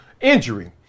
injury